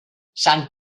sant